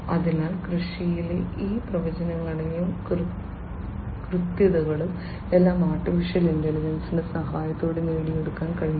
അതിനാൽ കൃഷിയിലെ ഈ പ്രവചനങ്ങളും കൃത്യതകളും എല്ലാം AI യുടെ സഹായത്തോടെ നേടിയെടുക്കാൻ കഴിയും